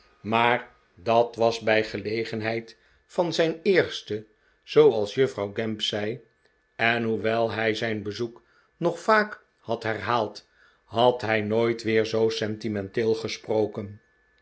maar dat was bij gelegenheid van zijn eerste zooals juffrouw gamp zei en hoewel hij zijn bezoek nog vaak had herhaald had hij nooit weer zoo sentimenteel gesproken